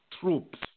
troops